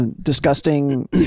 disgusting